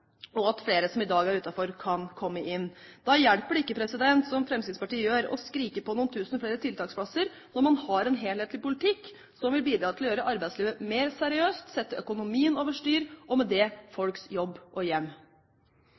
og at flere som i dag er utenfor, kan komme inn. Da hjelper det ikke å gjøre som Fremskrittspartiet, å skrike etter noen flere tusen tiltaksplasser, når man har en helhetlig politikk som vil bidra til å gjøre arbeidslivet mindre seriøst, sette økonomien over styr og med det folks jobb og hjem.